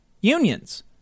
unions